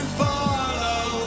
follow